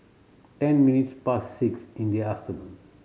ten minutes past six in the afternoon